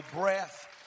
breath